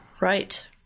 Right